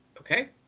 Okay